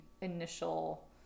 initial